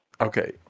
Okay